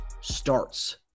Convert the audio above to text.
starts